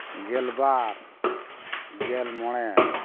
ᱜᱮᱞ ᱵᱟᱨ ᱜᱮᱞ ᱢᱚᱬᱮ